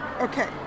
Okay